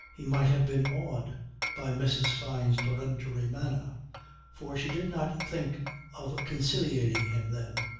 he might have been awed by mrs. fyne's peremptory manner for she did not think of conciliating him then.